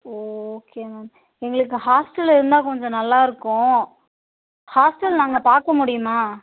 ஓ okay ma'am எங்களுக்கு hostel இருந்தால் கொஞ்சம் நல்லாருக்கும் ஹாஸ்டல் நாங்கள் பார்க்க முடியுமா